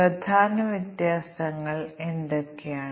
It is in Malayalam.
പല വലുപ്പങ്ങളും 30 40 ആകാം